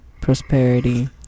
prosperity